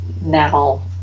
now